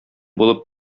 булып